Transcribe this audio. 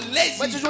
lazy